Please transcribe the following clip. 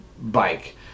bike